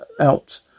out